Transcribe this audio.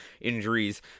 injuries